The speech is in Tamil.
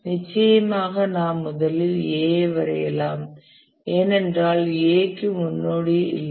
நிச்சயமாக நாம் முதலில் A ஐ வரையலாம் ஏனென்றால் A க்கு முன்னோடி இல்லை